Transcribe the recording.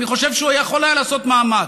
אני חושב שהוא יכול היה לעשות מאמץ,